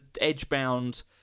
edge-bound